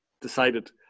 decided